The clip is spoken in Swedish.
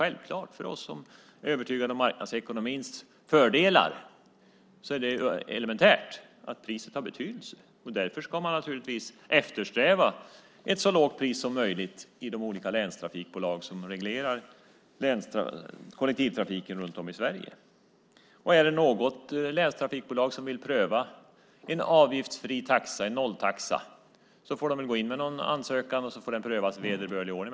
För oss som är övertygade om marknadsekonomins fördelar är det elementärt att priset har betydelse. Därför ska man naturligtvis eftersträva ett så lågt pris som möjligt i de olika länstrafikbolag som reglerar kollektivtrafiken runt om i Sverige. Är det något länstrafikbolag som vill pröva en avgiftsfri taxa, en nolltaxa, får de väl komma in med en ansökan som prövas i vederbörlig ordning.